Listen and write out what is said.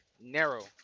narrow